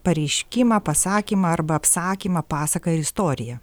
pareiškimą pasakymą arba apsakymą pasaką ar istoriją